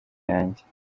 yanjye